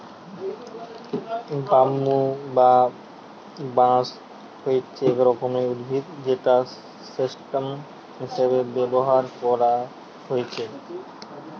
bamboo বা বাঁশ হচ্ছে এক রকমের উদ্ভিদ যেটা স্টেম হিসাবে ব্যাভার কোরা হচ্ছে